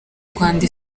rwanda